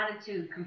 attitude